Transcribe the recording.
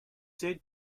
said